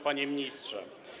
Panie Ministrze!